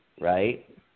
right